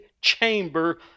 chamber